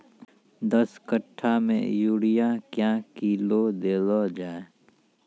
दस कट्ठा मे यूरिया क्या किलो देलो जाय?